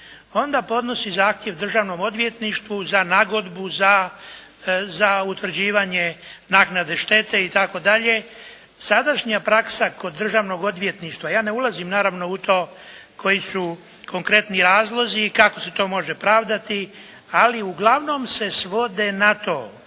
onda podnosi zahtjev Državnom odvjetništvu za nagodbu za utvrđivanje naknade štete i tako dalje. Sadašnja praksa kod Državnog odvjetništva, ja ne ulazim naravno u to koji su konkretni razlozi i kako se to može pravdati, ali uglavnom se svode na to